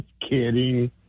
kidding